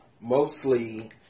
mostly